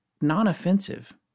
non-offensive